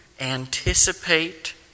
anticipate